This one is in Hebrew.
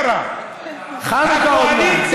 הם יעשו פורפרה, חנוכה עוד מעט, סבב חנוכה.